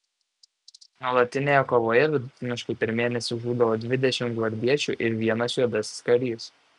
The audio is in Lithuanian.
nuolatinėje kovoje vidutiniškai per mėnesį žūdavo dvidešimt gvardiečių ir vienas juodasis karys